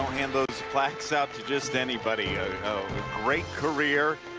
hand those plaques out to just anybody a great career,